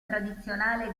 tradizionale